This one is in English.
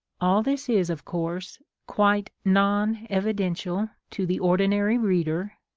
all this is, of course, quite non evidential to the ordinary reader,